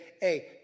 hey